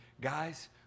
Guys